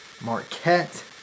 Marquette